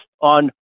on